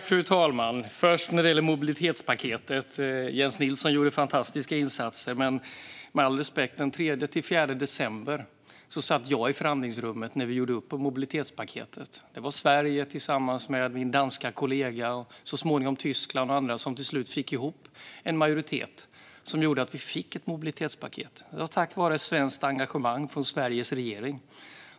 Fru talman! När det gäller mobilitetspaketet gjorde Jens Nilsson fantastiska insatser. Men med all respekt, den 3-4 december satt jag i förhandlingsrummet när vi gjorde upp om mobilitetspaketet. Det var jag från Sverige tillsammans med min danska kollega, och så småningom Tyskland och andra som till slut fick ihop en majoritet som gjorde att vi fick ett mobilitetspaket. Det var tack vare svenskt engagemang från Sveriges regering.